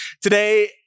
Today